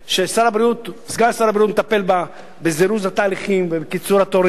שסגן שר הבריאות מטפל בה בזירוז התהליכים ובקיצור התורים.